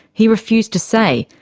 he refused to say,